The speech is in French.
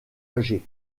âgé